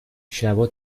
شبها